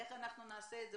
איך אנחנו נעשה את זה,